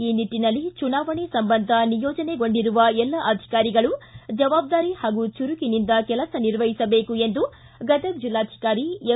ಈ ನಿಟ್ಟನಲ್ಲಿ ಚುನಾವಣೆ ಸಂಬಂಧ ನಿಯೋಜನೆಗೊಂಡಿರುವ ಎಲ್ಲ ಅಧಿಕಾರಿಗಳು ಜವಾಬ್ದಾರಿ ಹಾಗೂ ಚುರುಕಿನಿಂದ ಕೆಲಸ ನಿರ್ವಹಿಸಬೇಕು ಎಂದು ಗದಗ ಜಿಲ್ಲಾಧಿಕಾರಿ ಎಂ